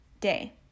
day